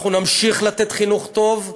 אנחנו נמשיך לתת חינוך טוב,